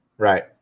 Right